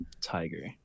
Tiger